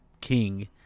king